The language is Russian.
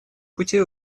путей